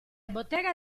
bottega